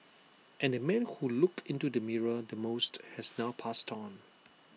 and the man who looked into the mirror the most has now passed on